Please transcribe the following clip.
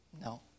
No